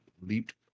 leaped